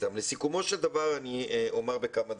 לסיכומו של דבר אני אומר כמה דברים.